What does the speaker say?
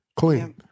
Clean